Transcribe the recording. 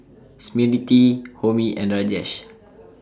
Smriti Homi and Rajesh